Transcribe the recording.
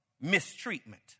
mistreatment